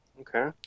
Okay